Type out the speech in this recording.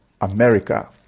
America